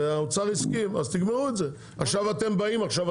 והאוצר הסכים, אז תגמרו את זה.